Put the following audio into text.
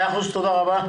תודה רבה.